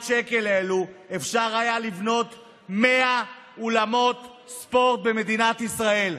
אפשר היה לבנות 100 אולמות ספורט במדינת ישראל,